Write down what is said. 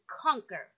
conquer